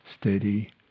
steady